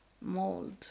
mold